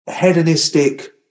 hedonistic